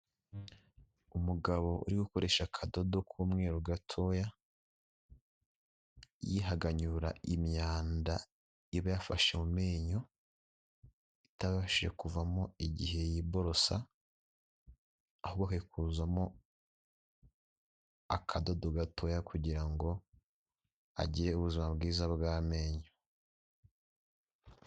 Umugabo uri gukoresha akadodo k'umweru gatoya, yihaganyura imyanda iba yafashe mu menyo, itabashije kuvamo igihe yiborosa, ahubwo akayikuzamo, akadodo gatoya kugira ngo agire ubuzima bwiza bw'amenyo.